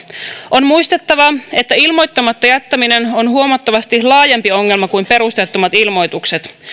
on muistettava että ilmoittamatta jättäminen on huomattavasti laajempi ongelma kuin perusteettomat ilmoitukset